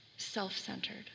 Self-centered